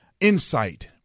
insight